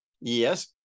yes